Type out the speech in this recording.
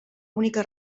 única